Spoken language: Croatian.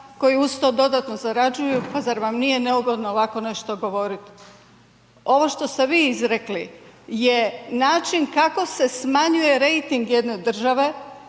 koji uz to dodatno zarađuju, pa zar vam nije neugodno ovako nešto govoriti. Ovo što ste vi izrekli je način kako se smanjuje rejting jedne države,